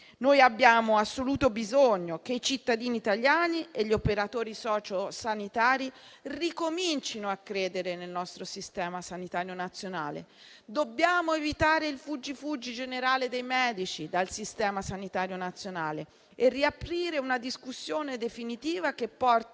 Noi abbiamo assoluto bisogno che i cittadini italiani e gli operatori socio sanitari ricomincino a credere nel nostro Servizio sanitario nazionale. Dobbiamo evitare la fuga generale dei medici dal Servizio sanitario nazionale e riaprire una discussione definitiva che porti